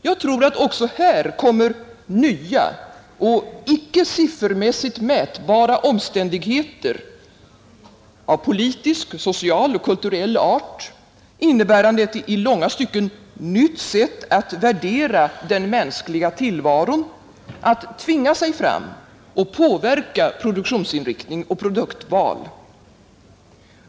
Jag tror att också här kommer nya, icke siffermässigt mätbara omständigheter av politisk, social och kulturell art, innebärande ett i långa stycken nytt sätt att värdera den mänskliga tillvaron, att tvinga sig fram och påverka produktionsinriktning och produktval.